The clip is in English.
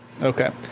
Okay